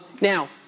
Now